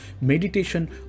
meditation